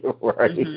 Right